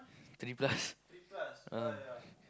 three plus ah